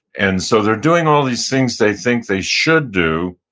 and so they're doing all these things they think they should do,